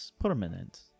permanent